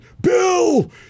Bill